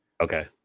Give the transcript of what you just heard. Okay